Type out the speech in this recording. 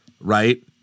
right